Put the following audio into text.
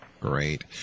Great